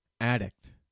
addict